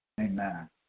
Amen